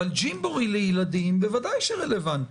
אבל ג'ימבורי לילדים בוודאי שרלוונטי.